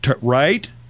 right